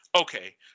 Okay